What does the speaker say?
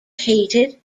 hated